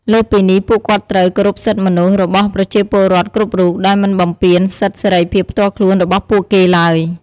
លើសពីនេះ ពួកគាត់ត្រូវ គោរពសិទ្ធិមនុស្ស របស់ប្រជាពលរដ្ឋគ្រប់រូប ដោយមិនបំពានសិទ្ធិសេរីភាពផ្ទាល់ខ្លួនរបស់ពួកគេឡើយ។